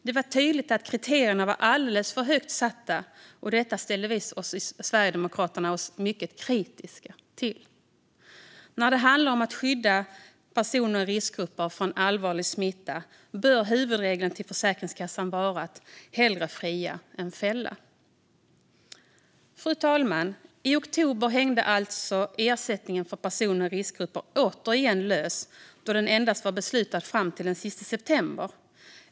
Det var tydligt att kriterierna var alldeles för högt satta, och detta ställde vi i Sverigedemokraterna oss mycket kritiska till. När det handlar om att skydda personer i riskgrupper från allvarlig smitta bör huvudregeln för Försäkringskassan vara att hellre fria än fälla. Fru talman! I oktober hängde alltså ersättningen för personer i riskgrupper återigen lös då den endast var beslutad fram till den 30 september.